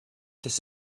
this